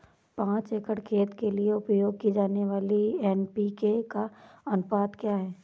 पाँच एकड़ खेत के लिए उपयोग की जाने वाली एन.पी.के का अनुपात क्या है?